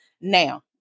Now